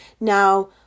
Now